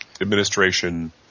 administration